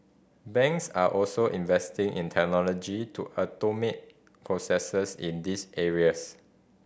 banks are also investing in technology to automate processes in this areas